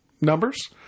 numbers